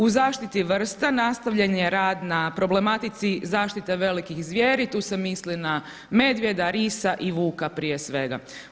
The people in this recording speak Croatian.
U zaštiti vrsta nastavljen je rad na problematici zaštite velikih zvjeri, tu se misli na medvjeda, risa i vuka prije svega.